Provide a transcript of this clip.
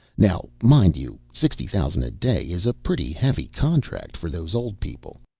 now mind you, sixty thousand a day is a pretty heavy contract for those old people.